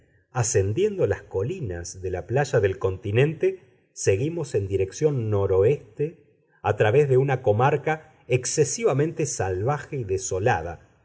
ascendiendo las colinas de la playa del continente seguimos en dirección noroeste a través de una comarca excesivamente salvaje y desolada